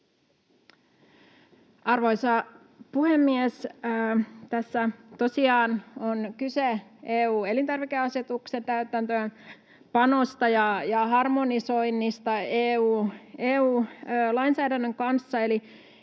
Arvoisa puhemies! Tässä tosiaan on kyse EU-elintarvikeasetuksen täytäntöönpanosta ja harmonisoinnista EU-lainsäädännön kanssa,